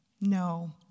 no